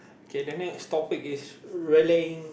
K the next topic is rallying